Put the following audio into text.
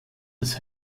des